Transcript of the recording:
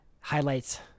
highlights